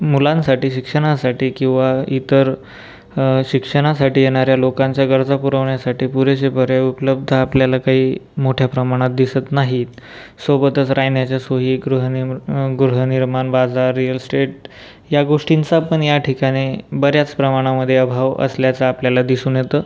मुलांसाठी शिक्षणासाठी किंवा इतर शिक्षणासाठी येणाऱ्या लोकांच्या गरजा पुरवण्यासाठी पुरेसे पर्याय उपलब्ध आपल्याला काही मोठ्या प्रमाणात दिसत नाहीत सोबतच राहण्याच्या सोयी गृहनिरम् गृहनिर्माण बाजार रिअल स्टेट या गोष्टींचा पण याठिकाणी बऱ्याच प्रमाणामध्ये अभाव असल्याचा आपल्याला दिसून येतं